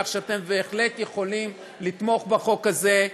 כך שאתם בהחלט יכולים לתמוך בחוק הזה.